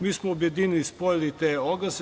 Mi smo objedinili, spojili te oglase.